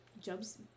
Job's